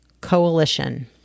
Coalition